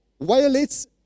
violates